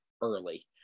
early